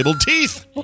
teeth